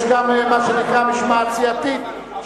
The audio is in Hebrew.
יש גם מה שנקרא משמעת סיעתית,